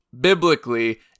Biblically